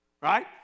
Right